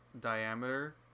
diameter